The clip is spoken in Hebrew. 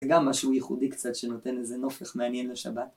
וגם משהו ייחודי קצת שנותן איזה נופח מעניין לשבת.